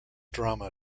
drama